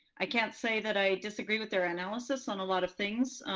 i can't say that i disagree with their analysis on a lot of things.